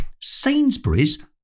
Sainsbury's